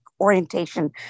orientation